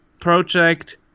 project